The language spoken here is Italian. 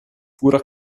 pura